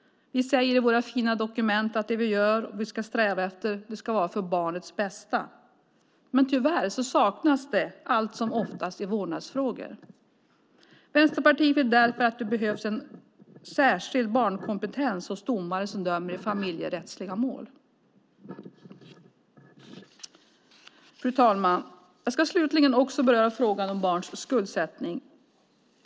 Vi säger i våra fina dokument att det vi gör ska vara för barnets bästa, men tyvärr saknas det allt som oftast när det gäller vårdnadsfrågor. Vänsterpartiet vill därför att det ska finnas en särskild barnkompetens hos domare som dömer i familjerättsliga mål. Fru talman! Jag ska slutligen beröra frågan om barns skuldsättning.